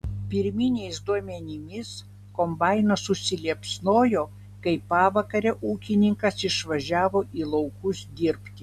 pirminiais duomenimis kombainas užsiliepsnojo kai pavakarę ūkininkas išvažiavo į laukus dirbti